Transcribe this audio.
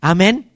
Amen